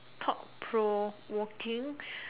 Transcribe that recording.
top promoting